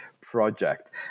project